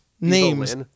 names